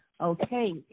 Okay